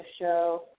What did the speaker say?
Show